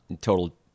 Total